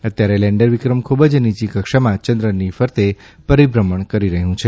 અત્યારે લેન્ડર વિક્રમ ખૂબ જ નીચી કક્ષામાં ચંદ્ર ફરતે પરિભ્રમણ કરી રહ્યું છે